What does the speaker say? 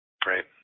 Great